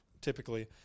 typically